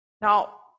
Now